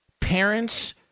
parents